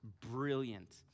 brilliant